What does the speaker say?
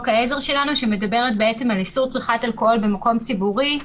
העזר שלנו שמדברת על איסור צריכת אלכוהול במקום ציבורי.